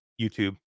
YouTube